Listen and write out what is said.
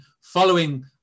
following